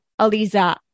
Aliza